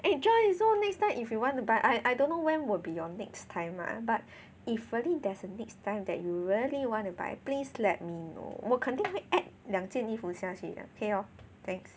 eh Joyce so next time if you want to buy I I don't know when will be your next time lah but if really there's a next time that you really want to buy please let me know 我肯定 will 会 add 两件衣服下去的 okay hor thanks